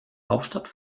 hauptstadt